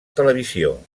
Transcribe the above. televisió